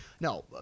No